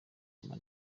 ama